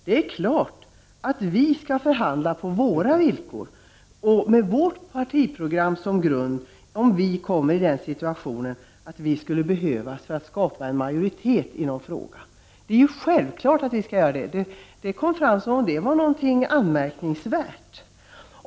Det är klart att vi i miljöpartiet skall förhandla på våra villkor och med vårt partiprogram som grund, om situationen skulle bli sådan att våra röster skulle behövas för att skapa majoritet i någon fråga. Det är självklart, men det framställdes som om det var någonting anmärkningsvärt.